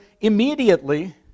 immediately